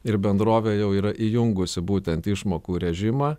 ir bendrovė jau yra įjungusi būtent išmokų režimą